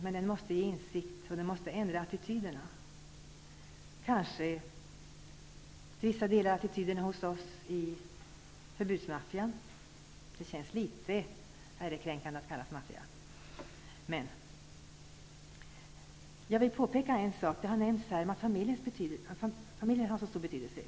Men den måste ge insikt och ändra attityderna -- kanske till vissa delar attityderna hos oss i ''förbudsmaffian''. Det känns litet ärekränkande att kallas maffia. Jag vill påpeka en sak. Det har nämnts att familjen har stor betydelse.